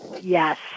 Yes